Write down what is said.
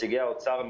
נציגי האוצר,